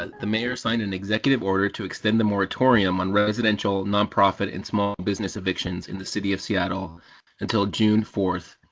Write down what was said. ah the mayor signed an executive order to extend the moratorium on residential nonprofit and small business evictions in the city of seattle until june four,